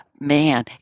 man